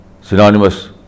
synonymous